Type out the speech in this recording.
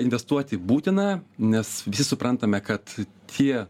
investuoti būtina nes visi suprantame kad tie